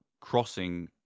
crossing